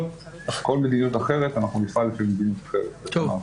אנחנו נפעל לפי כל מדיניות אחרת ככל שתצא.